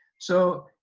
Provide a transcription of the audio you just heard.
so,